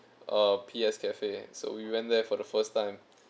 uh P_S cafe so we went there for the first time